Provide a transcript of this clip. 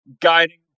guiding